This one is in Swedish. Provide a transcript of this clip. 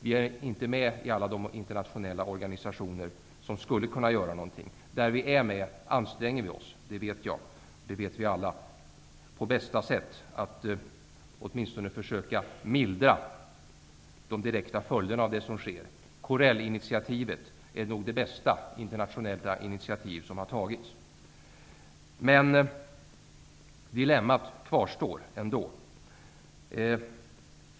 Vi är inte med i alla de internationella organisationer som skulle kunna göra någonting. Där vi är med anstränger vi oss för att på bästa sätt åtminstone försöka mildra de direkta följderna av det som sker -- det vet jag, och det vet vi alla. Corellinitiativet är nog det bästa internationella initiativ som har tagits. Dilemmat kvarstår ändå.